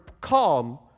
calm